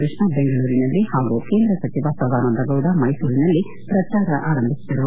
ಕೃಷ್ಣಾ ಬೆಂಗಳೂರಿನಲ್ಲಿ ಹಾಗೂ ಕೇಂದ್ರ ಸಚಿವ ಸದಾನಂದ ಗೌಡ ಮೈಸೂರಿನಲ್ಲಿ ಪ್ರಚಾರ ಆರಂಭಿಸಿದರು